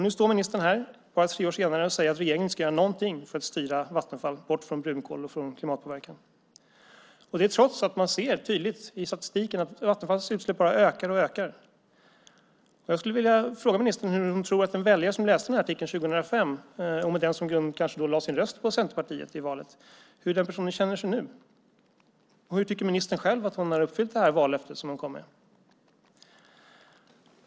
Nu står ministern här bara tre år senare och säger att regeringen inte ska göra någonting för att styra Vattenfall bort från brunkol och klimatpåverkan, trots att man i statistiken tydligt ser att Vattenfalls utsläpp bara ökar och ökar. Jag skulle vilja fråga ministern hur hon tror att en väljare som läste den här artikeln 2005, och kanske med den som grund lade sin röst på Centerpartiet i valet, känner sig nu. Hur tycker ministern själv att hon har uppfyllt det vallöfte som hon gav?